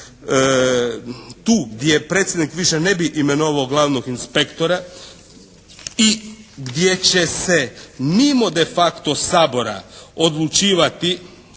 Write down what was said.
tu gdje Predsjednik ne bi više imenovao glavnog inspektora i gdje će se mimo de facto Sabora odlučivati